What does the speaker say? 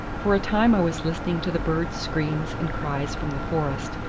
for a time i was listening to the birds' screams and cries from the forest,